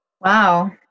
Wow